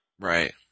Right